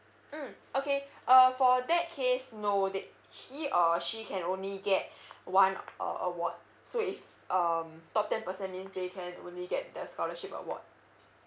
mm okay uh for that case no that he or she can only get one aw~ award so if um top ten percent means they can only get the scholarship award